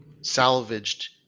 salvaged